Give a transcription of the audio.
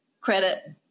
credit